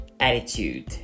attitude